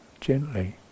Gently